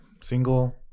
single